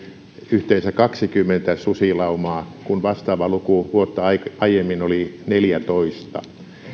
yhteensä kaksikymmentä susilaumaa kun vastaava luku vuotta aiemmin oli neljännentoista